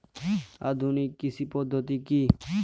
আধুনিক কৃষি পদ্ধতি কী?